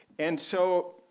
and so